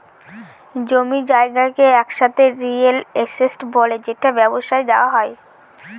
জমি জায়গাকে একসাথে রিয়েল এস্টেট বলে যেটা ব্যবসায় দেওয়া হয়